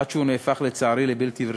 עד שהוא נהפך לצערי לבלתי רווחי,